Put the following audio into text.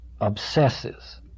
obsesses